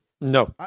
No